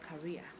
career